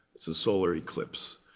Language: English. it's a solar eclipse.